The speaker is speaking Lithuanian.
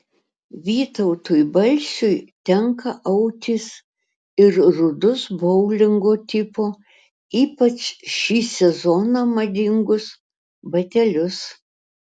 vytautui balsiui tenka autis ir rudus boulingo tipo ypač šį sezoną madingus batelius